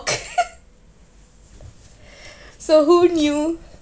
so who knew